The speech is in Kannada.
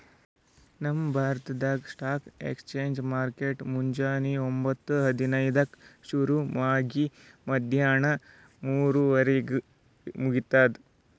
ನಮ್ ಭಾರತ್ದಾಗ್ ಸ್ಟಾಕ್ ಎಕ್ಸ್ಚೇಂಜ್ ಮಾರ್ಕೆಟ್ ಮುಂಜಾನಿ ಒಂಬತ್ತು ಹದಿನೈದಕ್ಕ ಶುರು ಆಗಿ ಮದ್ಯಾಣ ಮೂರುವರಿಗ್ ಮುಗಿತದ್